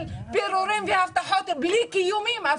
כל הזמן פירורים והבטחות בלי כיסוי.